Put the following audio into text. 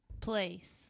place